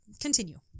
Continue